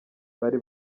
bari